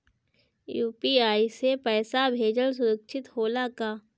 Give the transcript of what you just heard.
UPI से पैसा भेजल सुरक्षित होला का?